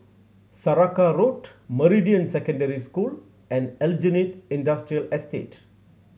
Saraca Road Meridian Secondary School and Aljunied Industrial Estate